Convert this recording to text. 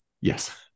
Yes